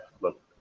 look